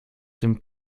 tym